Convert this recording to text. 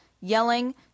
yelling